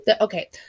okay